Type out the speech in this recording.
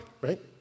right